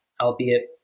albeit